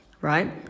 right